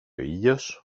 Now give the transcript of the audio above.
ήλιος